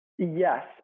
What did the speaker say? Yes